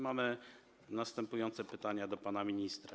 Mamy następujące pytania do pana ministra.